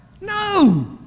No